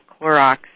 Clorox